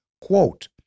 Quote